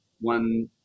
one